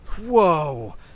Whoa